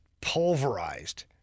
pulverized